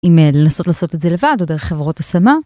אם לנסות לעשות את זה לבד או דרך חברות השמה.